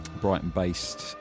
Brighton-based